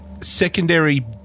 secondary